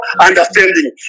understanding